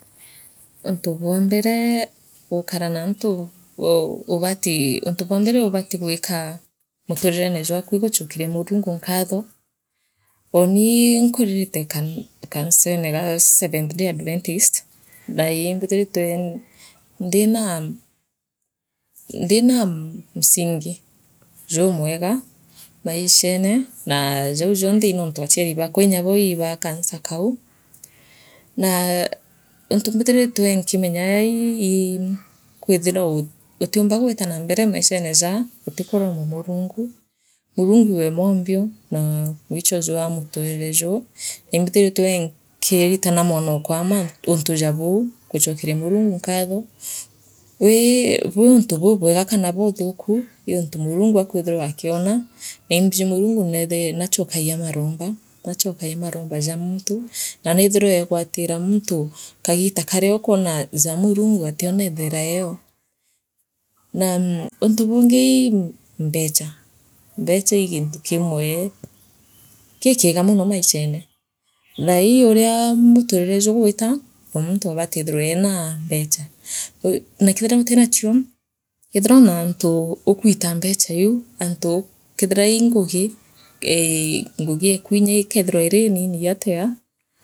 Uuntu bwa mbele gukara naantu aa ubati untu bwa mbere ubati gwikaa muturirone jwaku ii guchokoria Murungu nkatho uuni nkuririte ka kanisene gaa Seventh Day Adventist naii imbithiritwe ndinaa ndiinaa msingi jumweya maishene na jau jonthe niuntu asiari baakwa inyabu ibaa kanisa kau naa antu mbithiritwe nkimonya ii ii kwithirwa utiumbaa iigwita na mbere maishene jaa utiku romba Murungu Murungu iwe mwambio naa mwicho jwa muturire juu naimbithiritwe nkiiritana mwanokwa untu jaa buu mantu jau guchokeria Murungu nkatho wii bwii untu bubwega kana buuthuku ii untu Murungu akwithirwa akiuna naaimbiji Murungu neethai naachokagia maromba naachokagia maromba ja muntu na nethirwa eegwatira muntu kaagita kaariokwona jaa Murungu atio nenthaira eo nao mm untu bungi ii mbecha mbecha ii gintu kimwe kikiega mono maishene thaaii uria muturire jugwita muntu aabati ethire eena mbecha kuu naa keethira ntirachio ithirwa naantu ugwita mbecha iu antu keethira ii ngugi ee ngugi eku inya inkeethirwa iriinini atia